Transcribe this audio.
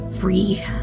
free